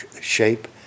shape